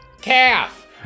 Calf